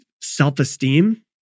self-esteem